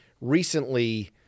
recently